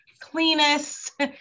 cleanest